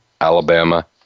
Alabama